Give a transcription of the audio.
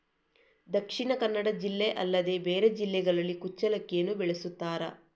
ದಕ್ಷಿಣ ಕನ್ನಡ ಜಿಲ್ಲೆ ಅಲ್ಲದೆ ಬೇರೆ ಜಿಲ್ಲೆಗಳಲ್ಲಿ ಕುಚ್ಚಲಕ್ಕಿಯನ್ನು ಬೆಳೆಸುತ್ತಾರಾ?